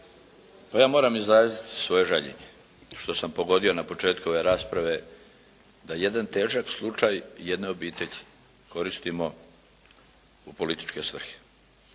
ja moram izraziti svoje žaljenje što sam pogodio na početku ove rasprave da jedan težak slučaj jedne obitelji koristimo u političke svrhe.